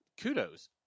kudos